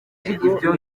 ibyo